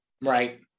Right